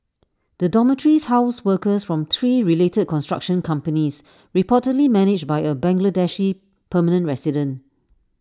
the dormitories housed workers from three related construction companies reportedly managed by A Bangladeshi permanent resident